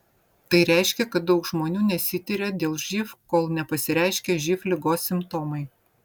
tai reiškia kad daug žmonių nesitiria dėl živ kol nepasireiškia živ ligos simptomai